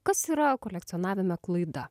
kas yra kolekcionavime klaida